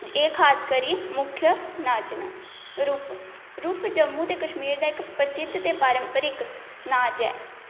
एह् खास करी मुख्य नाच न रउफ रउफ जम्मू ते कशमीर दा इक्क प्रसिद्ध ते परम्परिक नाच ऐ